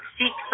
six